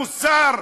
המוסר.